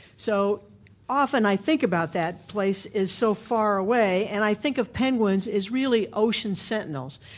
so often i think about that place as so far away, and i think of penguins as really ocean sentinels,